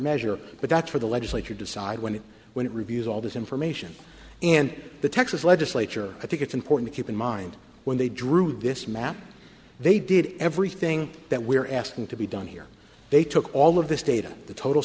measure but that's for the legislature decide when and when it reviews all this information and the texas legislature i think it's important to keep in mind when they drew this map they did everything that we're asking to be done here they took all of this data the total